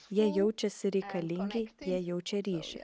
jie jaučiasi reikalingi jie jaučia ryšį